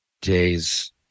days